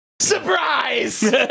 Surprise